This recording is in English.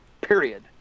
Period